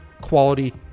quality